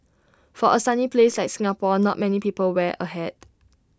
for A sunny place like Singapore not many people wear A hat